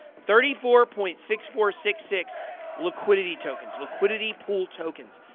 thirty four point six four six six liquidity tokens, liquidity pool tokens.